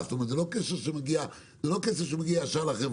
לחברה, זאת אומרת זה לא כסף שמגיע ישר לחברה.